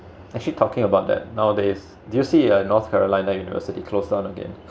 actually talking about that nowadays do you see uh north carolina university closed down again